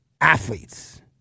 athletes